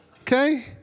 okay